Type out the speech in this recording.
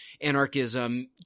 anarchism